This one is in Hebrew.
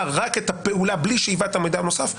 רק את הפעולה בלי שאיבת המידע הנוסף,